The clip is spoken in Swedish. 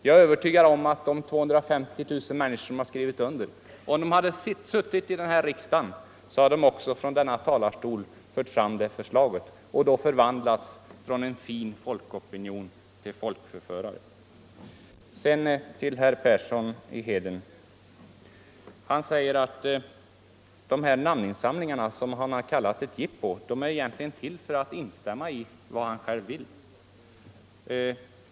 Jag är övertygad om att de 250 000 människor som skrivit under uppropet, om de hade suttit i riksdagen, också från denna talarstol hade fört fram förslaget — men då hade de förvandlats från företrädare för en fin folkopinion till folkförförare. Jag vill också vända mig till herr Persson i Heden. Han säger nu att de namninsamlingar som han kallat ett jippo egentligen ansluter till det som han själv önskar.